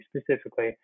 specifically